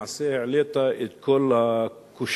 למעשה העלית את כל הקושיות,